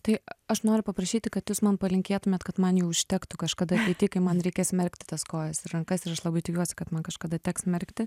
tai aš noriu paprašyti kad jūs man palinkėtumėt kad man jų užtektų kažkada tai kai man reikės merkti tas kojas ir rankas ir aš labai tikiuosi kad man kažkada teks merkti